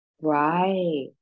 Right